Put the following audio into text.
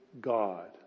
God